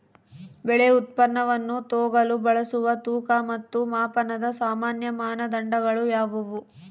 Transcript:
ಬೆಳೆ ಉತ್ಪನ್ನವನ್ನು ತೂಗಲು ಬಳಸುವ ತೂಕ ಮತ್ತು ಮಾಪನದ ಸಾಮಾನ್ಯ ಮಾನದಂಡಗಳು ಯಾವುವು?